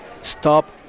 Stop